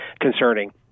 concerning